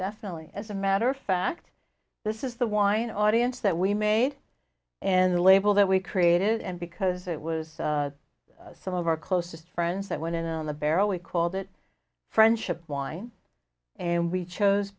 definitely as a matter of fact this is the wine audience that we made and the label that we created and because it was some of our closest friends that went in the barrel we called it friendship and we chose